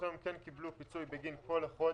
היום כן קיבלו פיצוי בגין כל החודש.